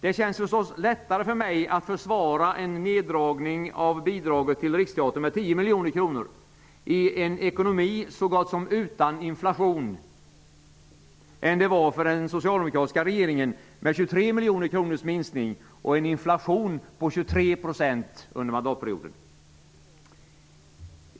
Det känns förstås lättare för mig att försvara en neddragning av bidraget till Riksteatern med 10 miljoner kronor i en ekonomi så gott som utan inflation än det var för den socialdemokratiska regeringen med 23 miljoner kronors minskning och en inflation på 23 % under mandatperioden.